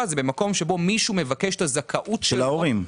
זה במקום שבו מישהו מבקש את הזכאות -- של ההורים.